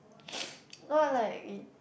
not like in